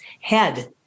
head